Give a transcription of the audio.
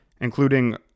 including